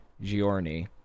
giorni